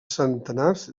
centenars